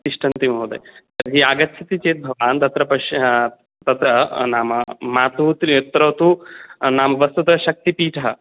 तिष्ठन्ति महोदय तर्हि आगच्छति चेत् भवान् अहं तत्र पश्य तत्र नाम मातुः तत्र तु नाम वस्तुतः शक्तिपीठ